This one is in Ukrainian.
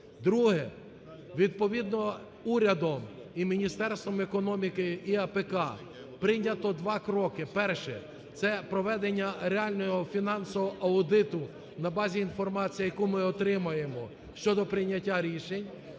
Друге. Відповідно урядом і Міністерством економіки і АПК прийнято два кроки, перше – це проведення реального фінансового аудиту на базі інформації, яку ми отримуємо щодо прийняття рішень.